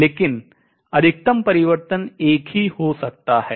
लेकिन अधिकतम परिवर्तन एक ही हो सकता है